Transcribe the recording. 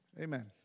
Amen